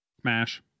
Smash